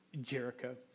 Jericho